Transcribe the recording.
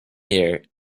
here